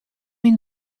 myn